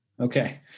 Okay